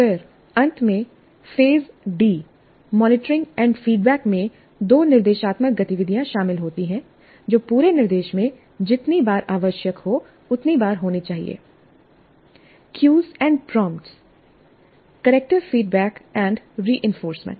फिर अंत में phase D monitoring and feedback में दो निर्देशात्मक गतिविधियां शामिल होती हैं जो पूरे निर्देश में जितनी बार आवश्यक हो उतनी बार होनी चाहिए cues and prompt corrective feedback and reinforcement